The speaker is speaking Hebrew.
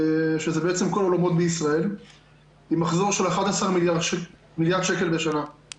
זה בעצם כל האולמות בישראל עם מחזור של 11 מיליארד שקל בשנה.